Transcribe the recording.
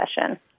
session